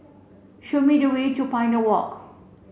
show me the way to Pioneer Walk